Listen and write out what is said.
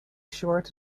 short